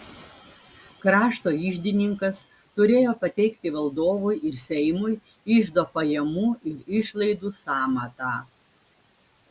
krašto iždininkas turėjo pateikti valdovui ir seimui iždo pajamų ir išlaidų sąmatą